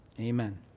Amen